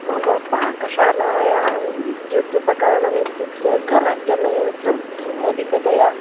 मम पाकशालायां विद्युत् उपकरणमित्युक्ते गरटनयन्त्रम् अहम् अधिकतया